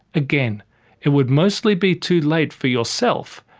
again it would mostly be too late for yourself,